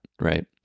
Right